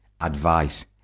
advice